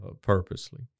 purposely